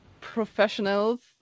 professionals